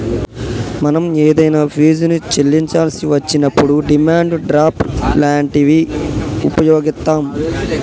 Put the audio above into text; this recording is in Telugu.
మనం ఏదైనా ఫీజుని చెల్లించాల్సి వచ్చినప్పుడు డిమాండ్ డ్రాఫ్ట్ లాంటివి వుపయోగిత్తాం